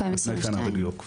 לפני שנה בדיוק.